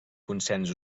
consens